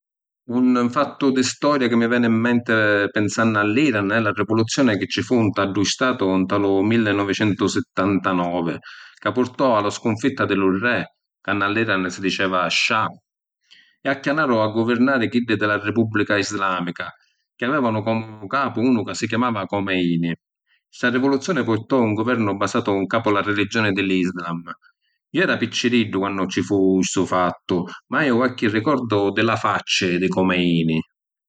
Un fattu di storia chi mi veni ‘n menti pinsannu all’Iran è la rivuluzzioni chi ci fu nta ddu Statu nta lu millinovicentusittantanovi ca purtò a la scunfitta di lu re, ca nna l’Iran si diceva scià, e acchianaru a guvirnari chiddi di la repubblica islamica chi avevanu comu capu unu ca si chiamava Khomeini. Sta rivuluzzioni purtò un guvernu basatu ‘ncapu la religioni di l’Islam. Iu era picciriddu quannu ci fu stu fattu, ma haiu qualchi rigordu di la facci di Khomeini.